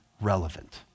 relevant